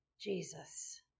Jesus